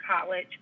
college